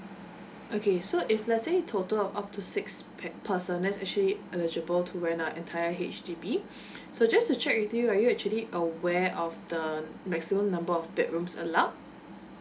okay so if let's say total up to six pa~ person that's actually eligible to rent uh entire H_D_B so just to check with you are you actually aware of the maximum number of that rooms allowed